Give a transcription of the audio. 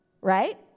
right